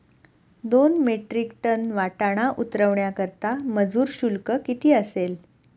दोन metric ton वाटाणा उतरवण्याकरता मजूर शुल्क किती असेल?